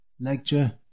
lecture